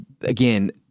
again